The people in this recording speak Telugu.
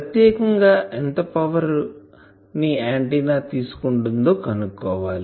ప్రత్యేకంగా ఎంత పవర్ ని ఆంటిన్నా తీసుకుంటుందో కనుక్కోవాలి